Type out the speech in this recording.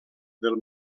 del